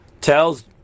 tells